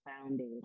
founded